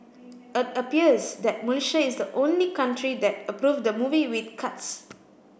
appears that Malaysia is the only country that approved the movie with cuts